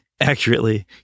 accurately